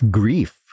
grief